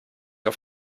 auf